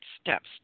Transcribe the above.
Steps